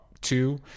two